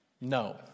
No